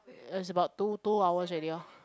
is about two two hours already lor